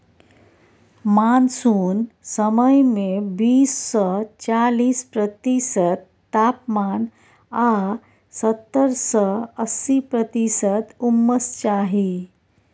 monsoon समय मे बीस सँ चालीस प्रतिशत तापमान आ सत्तर सँ अस्सी प्रतिशत उम्मस चाही